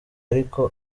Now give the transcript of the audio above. ariko